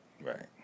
Right